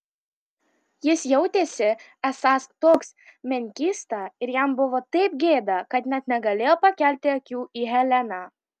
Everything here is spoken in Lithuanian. jis jautėsi esąs toks menkysta ir jam buvo taip gėda kad net negalėjo pakelti akių į heleną